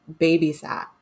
babysat